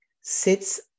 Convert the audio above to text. sits